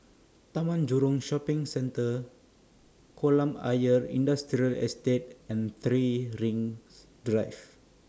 Taman Jurong Shopping Centre Kolam Ayer Industrial Estate and three Rings Drive